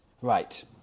right